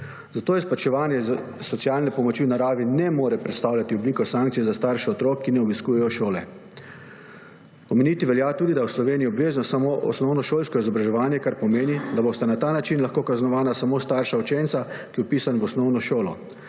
Zato izplačevanje socialne pomoči v naravi ne more predstavljati oblike sankcije za starše otrok, ki ne obiskujejo šole. Omeniti velja tudi, da je v Sloveniji obvezno samo osnovnošolsko izobraževanje, kar pomeni, da bosta na ta način lahko kaznovana samo starša učenca, ki je vpisan v osnovno šolo.